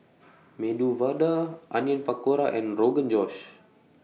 Medu Vada Onion Pakora and Rogan Josh